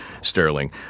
Sterling